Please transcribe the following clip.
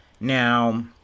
Now